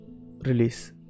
Release